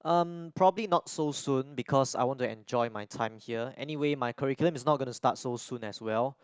um probably not so soon because I want to enjoy my time here anyway my curriculum is not gonna start so soon as well